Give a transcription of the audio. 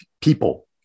people